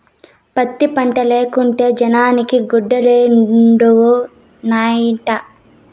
పత్తి పంటే లేకుంటే జనాలకి గుడ్డలేడనొండత్తనాయిట